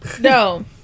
No